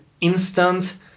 instant